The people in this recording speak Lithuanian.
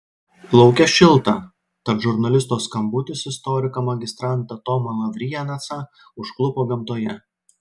lauke šilta tad žurnalisto skambutis istoriką magistrantą tomą lavrijanecą užklupo gamtoje